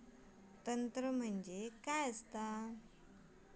तंत्र म्हणजे काय असा?